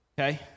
Okay